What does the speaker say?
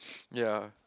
ya